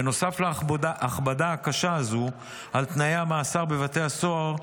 בנוסף להכבדה הקשה הזו על תנאי המאסר בבתי הסוהר,